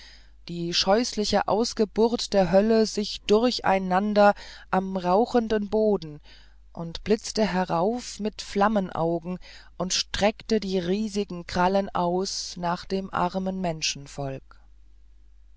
die scheußliche ausgeburt der hölle sich durcheinander am rauchenden boden und blitze herauf mit flammenaugen und strecke die riesigen krallen aus nach dem armen